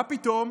מה פתאום?